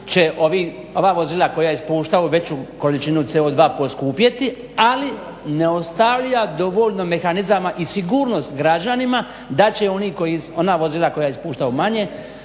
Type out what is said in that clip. će ova vozila koja ispuštaju veću količinu CO2 poskupjeti, ali ne ostavlja dovoljno mehanizama i sigurnost građanima da će oni koji, ona vozila koja ispuštaju manje,